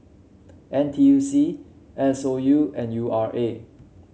N T U C S O U and U R A